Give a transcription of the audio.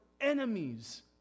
enemies